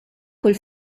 kull